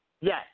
Yes